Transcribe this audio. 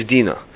Dina